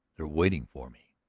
they're waiting for me,